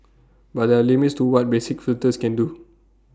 but there are limits to what basic filters can do